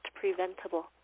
preventable